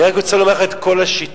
אני רק רוצה לומר לך את כל השיטות,